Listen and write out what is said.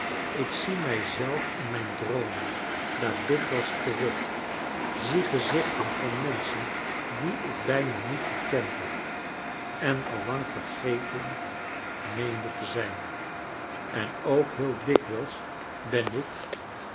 ik zie mij zelf in mijn droomen daar dikwijls terug zie gezichten van menschen die ik bijna niet gekend heb en al lang vergeten meende te zijn en ook heel dikwijls ben ik